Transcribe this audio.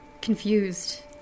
confused